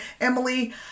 Emily